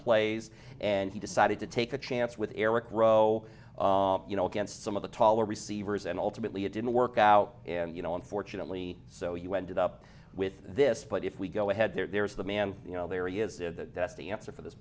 plays and he decided to take a chance with eric rowe you know against some of the taller receivers and ultimately it didn't work out and you know unfortunately so you ended up with this but if we go ahead there is the man you know there he is the best answer for this